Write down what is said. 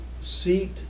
seat